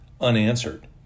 unanswered